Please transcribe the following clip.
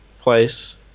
place